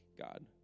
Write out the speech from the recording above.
God